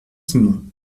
simon